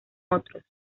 otros